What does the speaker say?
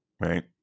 right